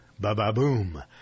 Ba-ba-boom